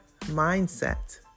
mindset